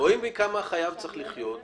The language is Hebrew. רואים מכמה החייב צריך לחיות,